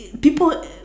people